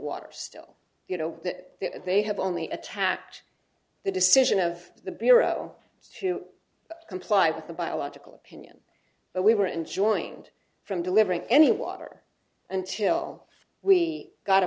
waters still you know that they have only attacked the decision of the bureau to comply with the biological opinion but we were enjoined from delivering any water until we got a